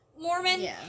Mormon